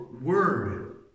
word